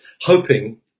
hoping